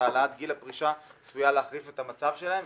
שהעלאת גיל הפרישה צפויה להחריף את המצב שלהן.